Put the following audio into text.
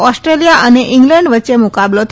Australia અને England વચ્ચે મુકાબલો થશે